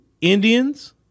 Indians